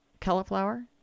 cauliflower